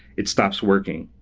it stops working.